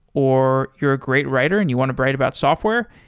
or you're a great writer and you want to write about software,